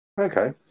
Okay